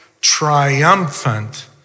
triumphant